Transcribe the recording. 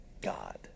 God